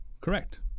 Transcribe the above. Correct